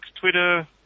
Twitter